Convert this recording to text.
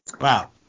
Wow